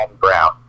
Brown